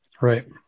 Right